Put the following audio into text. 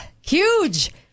Huge